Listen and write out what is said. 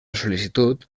sol·licitud